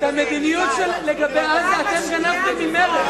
את המדיניות לגבי עזה אתם גנבתם ממרצ.